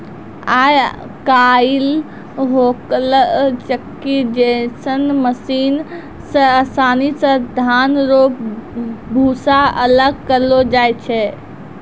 आय काइल होलर चक्की जैसन मशीन से आसानी से धान रो भूसा अलग करलो जाय छै